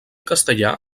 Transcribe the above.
castellà